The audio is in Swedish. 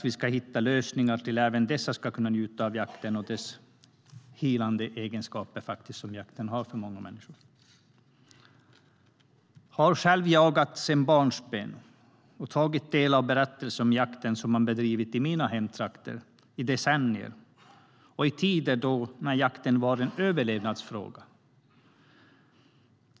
Vi ska hitta lösningar så att även dessa ska kunna njuta av jakten och de helande egenskaper som den faktiskt har för många människor. Jag har själv jagat sedan barnsben och tagit del av berättelser om jakten som man bedrivit i mina hemtrakter i decennier och i tider då jakten var en överlevnadsfråga.